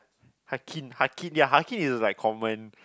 Hakin Hakin ya Hakin is also like common